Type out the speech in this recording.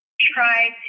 try